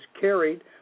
carried